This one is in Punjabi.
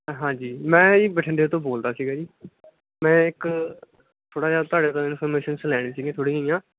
ਹਾਂਜੀ ਮੈਂ ਜੀ ਬਠਿੰਡੇ ਤੋਂ ਬੋਲਦਾ ਸੀਗਾ ਜੀ ਮੈਂ ਇੱਕ ਥੋੜ੍ਹਾ ਜਿਹਾ ਤੁਹਾਡੇ ਤੋਂ ਇਨਫੋਰਮੇਸ਼ਨਸ ਲੈਣੀਆਂ ਸੀਗੀਆਂ ਥੋੜ੍ਹੀਆ ਜਿਹੀਆ